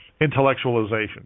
Intellectualization